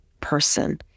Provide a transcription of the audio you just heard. person